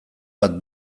bat